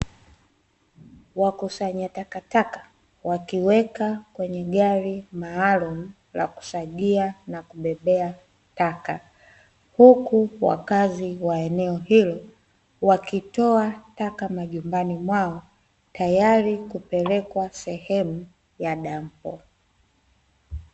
Wakusanya takataka wakiweka kwenye gari maalum la kusagia na kubebea taka. Huku wakazi wa eneo hilo wakitoa taka majumbani mwao, tayari kupelekwa sehemu ya dampo.